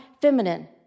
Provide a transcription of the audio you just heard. feminine